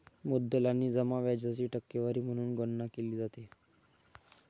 मुद्दल आणि जमा व्याजाची टक्केवारी म्हणून गणना केली जाते